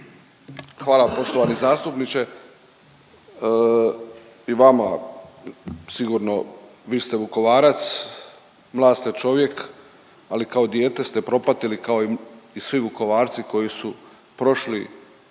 Hvala poštovani zastupniče. I vama sigurno vi ste Vukovarac, mlad ste čovjek, ali kao dijete ste propatili kao i svi Vukovarci koji su prošli